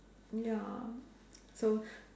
ya so